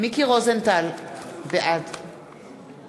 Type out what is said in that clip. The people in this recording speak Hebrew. מיקי רוזנטל, בעד